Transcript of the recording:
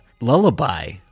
lullaby